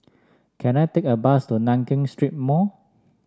can I take a bus to Nankin Street Mall